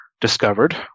discovered